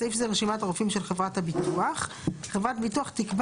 (בסעיף זה - רשימת הרופאים של חברת הביטוח); (2) חברת ביטוח תקבע